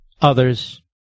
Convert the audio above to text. others